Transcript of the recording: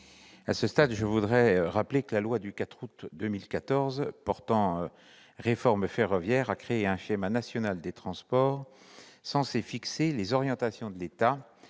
de service public. Je rappelle que la loi du 4 août 2014 portant réforme ferroviaire a créé un schéma national des transports, censé fixer les orientations de l'État